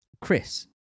Chris